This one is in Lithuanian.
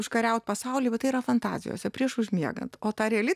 užkariaut pasaulį bet tai yra fantazijose prieš užmiegant o ta reali